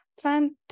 plant